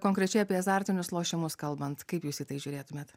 konkrečiai apie azartinius lošimus kalbant kaip jūs į tai žiūrėtumėt